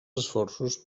esforços